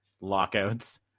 lockouts